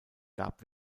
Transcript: gab